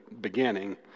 beginning